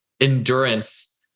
endurance